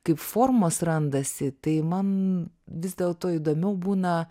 kaip formos randasi tai man vis dėlto įdomiau būna